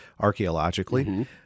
archaeologically